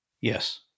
Yes